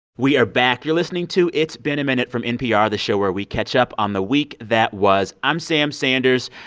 we are back. you're listening to it's been a minute from npr, show where we catch up on the week that was. i'm sam sanders,